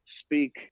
speak